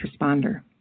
responder